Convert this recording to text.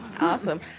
Awesome